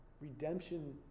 redemption